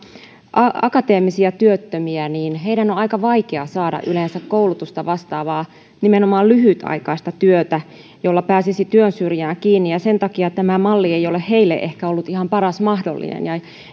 akateemisia työttömiä niin heidän on aika vaikea saada yleensä koulutusta vastaavaa nimenomaan lyhytaikaista työtä jolla pääsisi työn syrjään kiinni ja sen takia tämä malli ei ole heille ollut ehkä ihan paras mahdollinen